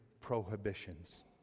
prohibitions